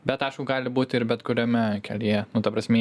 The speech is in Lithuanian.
bet aišku gali būt ir bet kuriame kelyje nu ta prasme